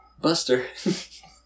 Buster